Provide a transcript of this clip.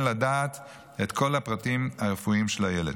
לדעת את כל הפרטים הרפואיים של הילד.